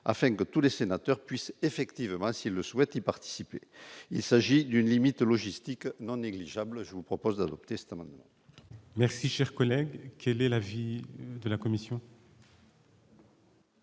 afin que tous les sénateurs puissent effectivement s'ils le souhaitent y participer, il s'agit d'une limite logistique non négligeables, je vous propose d'adopter cet amendement. Merci, cher collègue, quel est l'avis de la commission.